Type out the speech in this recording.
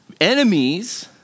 enemies